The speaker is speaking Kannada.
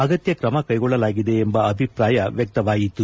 ಅಗತ್ಯ ಕ್ರಮ ಕೈಗೊಳ್ಳಲಾಗಿದೆ ಎಂಬ ಅಭಿಪ್ರಾಯ ವ್ಯಕ್ತವಾಯಿತು